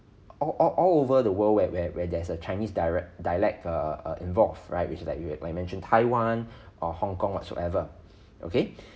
all all all over the world where where where there's a chinese dialect dialect uh involved right which is like you at my mentioned taiwan or hong-kong whatsoever okay